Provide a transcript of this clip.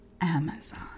Amazon